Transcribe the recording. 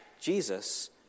Jesus